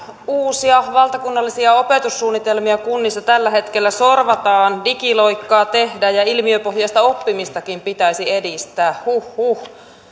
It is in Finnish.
uusia valtakunnallisia opetussuunnitelmia kunnissa tällä hetkellä sorvataan digiloikkaa tehdään ja ilmiöpohjaista oppimistakin pitäisi edistää huhhuh